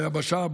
ביבשה,